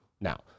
now